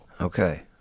Okay